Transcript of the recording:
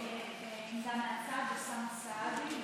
אוסאמה סעדי.